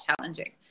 challenging